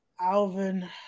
Alvin